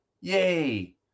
Yay